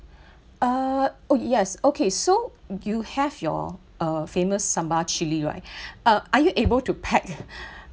uh oh yes okay so you have your uh famous sambal chili right uh are you able to pack